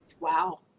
Wow